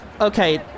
Okay